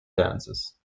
dances